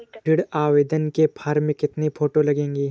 ऋण आवेदन के फॉर्म में कितनी फोटो लगेंगी?